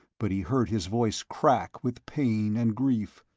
but he heard his voice crack with pain and grief